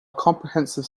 comprehensive